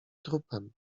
trupem